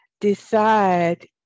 decide